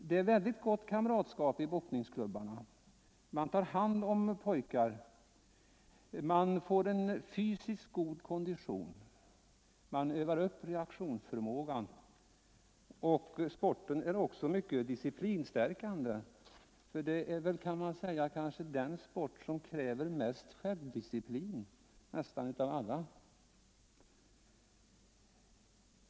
Det är ett mycket gott kamratskap i boxningsklubbarna, man tar hand om pojkarna där. De får en god fysisk kondition och de övar upp reaktionsförmågan. Boxningssporten är också mycket disciplinstärkande, eftersom den nog är den sport som kräver mest självdisciplin.